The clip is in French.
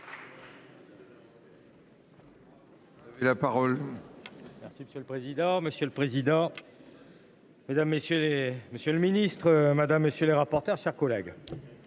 Merci,